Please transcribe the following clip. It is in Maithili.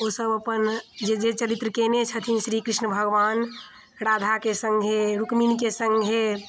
ओ सभ अपन जे जे चरित्र केने छथिन श्री कृष्ण भगवान राधाके सङ्गे रुक्मिणीके सङ्गे